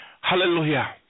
Hallelujah